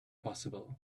possible